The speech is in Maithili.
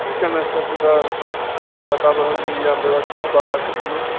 की केना छै ओतुका बाताबरण बेवस्था बाबाके कोनो